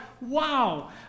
Wow